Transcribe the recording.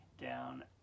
down